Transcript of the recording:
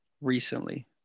recently